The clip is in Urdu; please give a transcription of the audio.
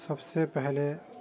سب سے پہلے